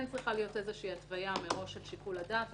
כן צריכה להיות איזו שהיא התוויה מראש של שיקול הדעת.